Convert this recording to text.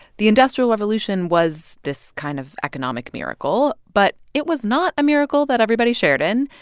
the industrial revolution was this kind of economic miracle, but it was not a miracle that everybody shared in.